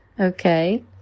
okay